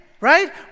right